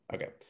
Okay